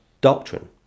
doctrine